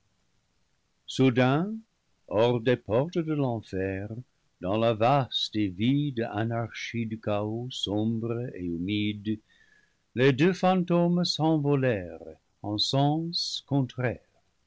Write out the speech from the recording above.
soudain hors des portes de l'enfer dans la vaste et vide anarchie du chaos sombre et humide les deux fantômes s'envolèrent en sens contraire